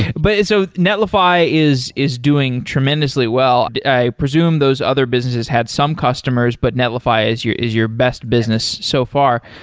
but and so netlify is is doing tremendously well. i presume those other businesses had some customers, but netlify is your is your best business so far.